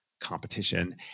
competition